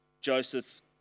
Joseph